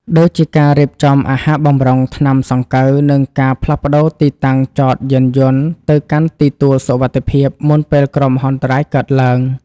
ដូចជាការរៀបចំអាហារបម្រុង ថ្នាំសង្កូវ និងការផ្លាស់ប្តូរទីតាំងចតយានយន្តទៅកាន់ទីទួលសុវត្ថិភាព មុនពេលគ្រោះមហន្តរាយកើតឡើង។